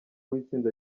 w’itsinda